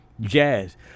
jazz